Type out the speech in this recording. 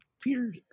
Peter